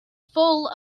full